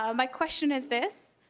um my question is this,